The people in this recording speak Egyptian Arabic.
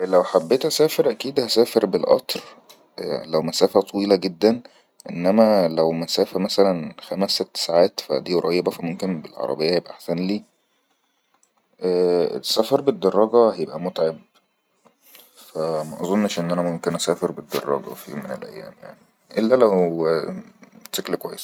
لو حبيت اسافر اكيد هسافر بالأطر لو مسافة طويلة جدن انما لو مسافر مثلن خمس ست ساعات فادي أريبه فاممكن بالعربيه يبءا احسن لي ءءء السفر بالدراجة هيبئا متعب فمظنش ان انا ممكن اسافر بالدراجة في اي من الايام يعني الا لو متسكل كويس